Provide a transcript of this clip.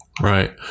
Right